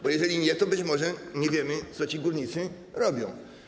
Bo jeżeli nie, to być może nie wiemy, co ci górnicy robią.